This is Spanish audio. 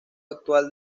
actual